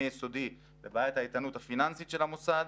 יסודי לבעיית האיתנות הפיננסית של המוסד,